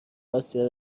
آسیا